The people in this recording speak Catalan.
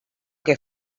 que